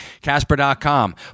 Casper.com